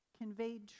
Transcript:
conveyed